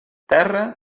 terra